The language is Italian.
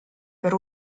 per